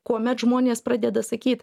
kuomet žmonės pradeda sakyt